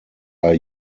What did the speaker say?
are